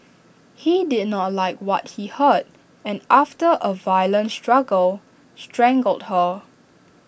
he did not like what he heard and after A violent struggle strangled her